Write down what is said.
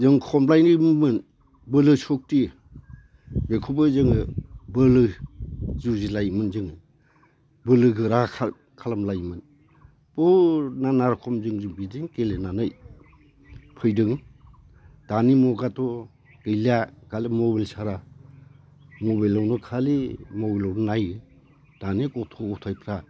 जों खमब्लायोबोमोन बोलो सक्ति बेखौबो जोङो बोलो जुजिलायोमोन जोङो बोलो गोरा खालामलायोमोन बहुद नाना रखम जों बिदिजों गेलेनानै फैदों दानि मुगायाथ' गैला खालि मबाइलसारा मबाइलावनो खालि मबाइलावबो नायो दानि गथ' गथाइफ्रा